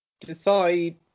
decide